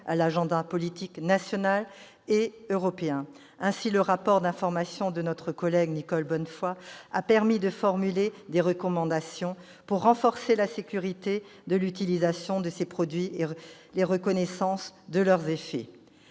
à l'agenda politique national et européen. Ainsi, le rapport d'information de notre collègue Nicole Bonnefoy a permis de formuler des recommandations pour renforcer la sécurité de l'utilisation de ces produits et les connaissances de leurs effets.